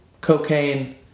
Cocaine